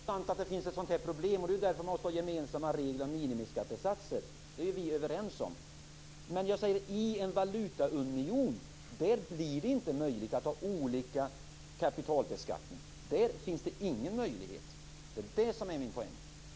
Fru talman! Det är sant att det finns ett sådant problem. Det är därför man måste ha gemensamma regler om minimiskattesatser. Det är vi överens om. Men jag säger att det i en valutaunion inte blir möjligt att ha olika kapitalbeskattning. Där finns det ingen möjlighet. Det är det som är min poäng.